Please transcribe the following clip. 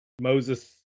Moses